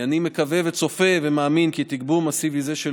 אני מקווה וצופה ומאמין כי תגבור מסיבי זה של